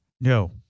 No